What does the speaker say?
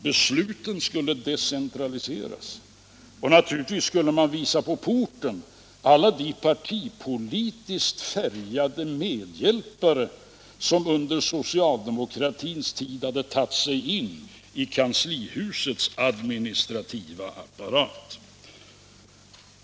Besluten skulle decentraliseras, och naturligtvis skulle man visa på porten alla de partipolitiskt färgade medhjälpare som under socialdemokratins tid hade tagit sig in i kanslihusets administrativa apparat.